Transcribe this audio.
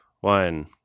one